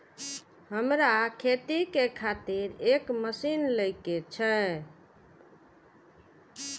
हमरा खेती के खातिर एक मशीन ले के छे?